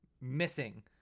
missing